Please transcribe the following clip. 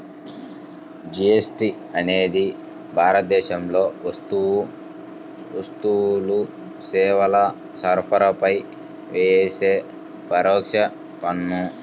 GST అనేది భారతదేశంలో వస్తువులు, సేవల సరఫరాపై యేసే పరోక్ష పన్ను